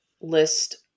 list